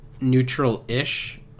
Neutral-ish